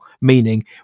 meaning